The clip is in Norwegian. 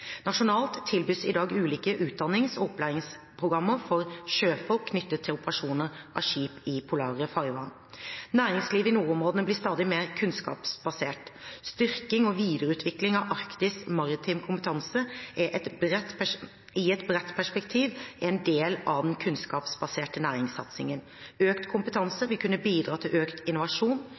Nasjonalt tilbys i dag ulike utdannings- og opplæringsprogrammer for sjøfolk knyttet til operasjon av skip i polare farvann. Næringslivet i nordområdene blir stadig mer kunnskapsbasert. Styrking og videreutvikling av arktisk maritim kompetanse i et bredt perspektiv er en del av den kunnskapsbaserte næringssatsingen. Økt kompetanse vil kunne bidra til økt innovasjon,